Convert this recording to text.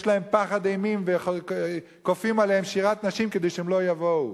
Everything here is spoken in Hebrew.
יש להם פחד אימים וכופים עליהם שירת נשים כדי שהם לא יבואו.